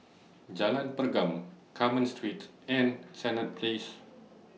Jalan Pergam Carmen Street and Senett Place